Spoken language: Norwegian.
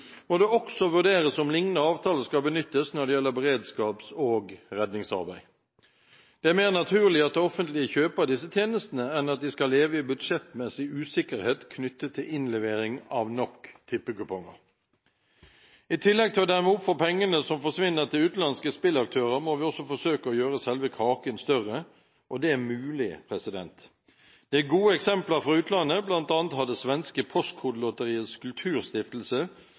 må det også vurderes om lignende avtaler skal benyttes når det gjelder beredskaps- og redningsarbeid. Det er mer naturlig at det offentlige kjøper disse tjenestene enn at de skal leve i budsjettmessig usikkerhet knyttet til innlevering av nok tippekuponger. I tillegg til å demme opp for pengene som forsvinner til utenlandske spillaktører, må vi også forsøke å gjøre selve kaken større, og det er mulig. Det er gode eksempler fra utlandet, bl.a. har det svenske Postkodelotteriets kulturstiftelse